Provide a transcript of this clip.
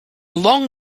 long